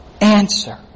answer